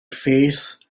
face